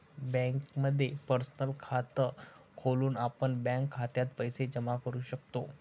बँकेमध्ये पर्सनल खात खोलून आपण बँक खात्यात पैसे जमा करू शकतो